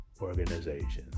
organizations